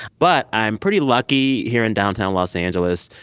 but i'm pretty lucky here in downtown los angeles.